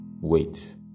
Wait